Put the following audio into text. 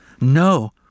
No